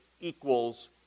equals